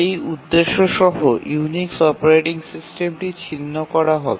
এই উদ্দেশ্যে Unix operating সিস্টেমটি আলাদা করা হবে